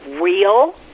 real